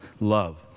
love